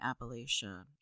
Appalachia